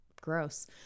Gross